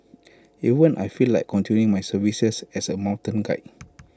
even I feel like continuing my services as A mountain guide